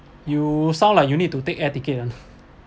you sound like you need to take air ticket one